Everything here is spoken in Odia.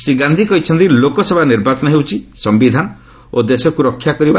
ଶ୍ରୀ ଗାନ୍ଧି କହିଛନ୍ତି ଲୋକସଭା ନିର୍ବାଚନ ହେଉଛି ସମ୍ଭିଧାନ ଓ ଦେଶକୁ ରକ୍ଷା କରିବା